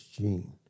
Gene